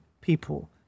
people